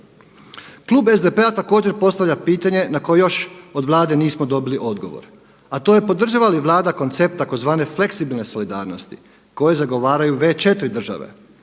Klub SDP-a također postavlja pitanje na koje još od Vlade nismo dobili odgovor a to je podržava li Vlada koncept tzv. fleksibilne solidarnosti koje zagovaraju već